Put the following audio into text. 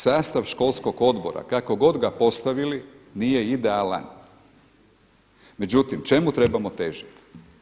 Sastav školskog odbora kako god ga postavili nije idealan, međutim čemu trebamo težiti.